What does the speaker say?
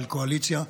של קואליציה,